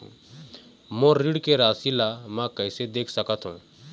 मोर ऋण के राशि ला म कैसे देख सकत हव?